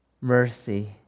mercy